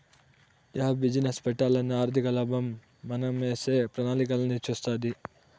yeah business పెట్టాలన్నా ఆర్థికలాభం మనమేసే ప్రణాళికలన్నీ సూస్తాది